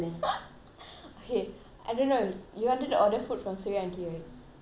okay I don't know you wanted to order food from soya aunty right